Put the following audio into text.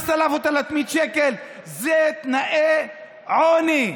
5,300 שקל זה תנאי עוני.